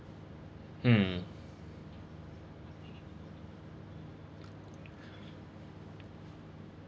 mm